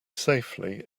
safely